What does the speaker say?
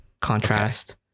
contrast